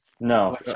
No